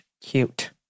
cute